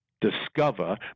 discover